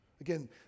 Again